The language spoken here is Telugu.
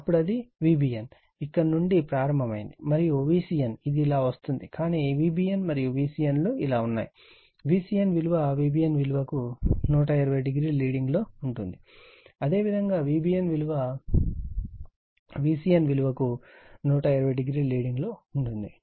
అప్పుడు ఇది Vbn ఇక్కడ నుండి ప్రారంభమైంది మరియు Vcn ఇది ఇలా వస్తుంది కానీ Vbn మరియు Vcn ఇలా ఉన్నాయి Van విలువ Vbn విలువకు 120 o లీడింగ్ లో ఉంటుంది అదేవిధంగా Vbn విలువ Vcn విలువకు 120o లీడింగ్ లో ఉంటుంది